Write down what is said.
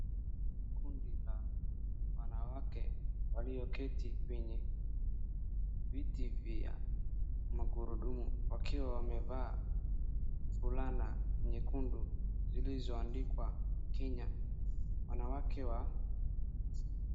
Kundi la wanawake walioketi kwenye viti vya magurudumu wakiwa wamevaa fulana nyekundu ziliyoandikwa Kenya. Wanawake wa